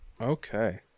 Okay